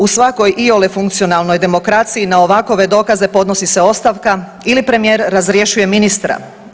U svakoj iole funkcionalnoj demokraciji na ovakve dokaze podnosi se ostavka ili Premijer razrješuje ministra.